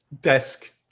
desk